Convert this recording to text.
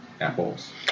Apples